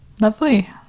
lovely